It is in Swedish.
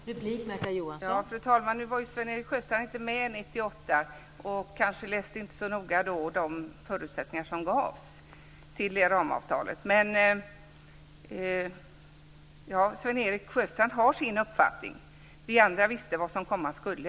Fru talman! Sven-Erik Sjöstrand var ju inte med 1998, och kanske inte så noga läste de förutsättningar som gavs till ramavtalet. Sven-Erik Sjöstrand har sin uppfattning. Vi andra visste vad som komma skulle.